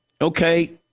Okay